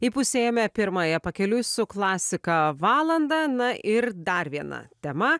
įpusėjome pirmąją pakeliui su klasika valandą na ir dar viena tema